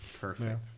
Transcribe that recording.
Perfect